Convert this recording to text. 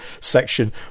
section